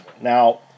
now